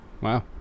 wow